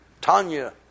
Tanya